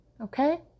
Okay